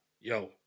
yo